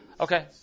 Okay